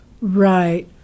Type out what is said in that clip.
Right